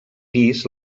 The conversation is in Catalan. pis